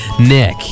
Nick